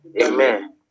Amen